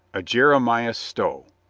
a jeremiah stow.